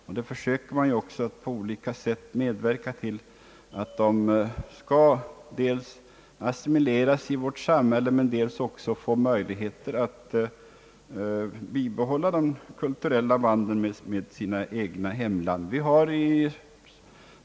Man försöker också på olika vägar medverka till att sådana grupper skall dels assimileras i vårt samhälle men dels också få möjligheter att bibehålla de kulturella banden med sina hemländer.